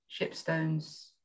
Shipstones